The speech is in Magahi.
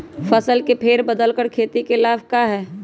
फसल के फेर बदल कर खेती के लाभ है का?